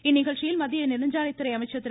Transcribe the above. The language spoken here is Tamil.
இந்நிகழ்ச்சிகளில் மத்திய நெடுஞ்சாலைத்துறை அமைச்சர் திரு